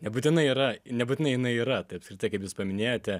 nebūtinai yra nebūtinai jinai yra tai apskritai kaip jūs paminėjote